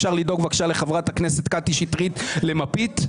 אפשר לדאוג בבקשה לחברת הכנסת קטי שטרית למפית?